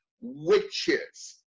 witches